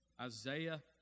Isaiah